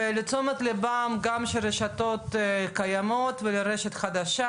ולתשומת הלב גם של רשתות קיימות והרשת החדשה